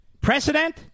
Precedent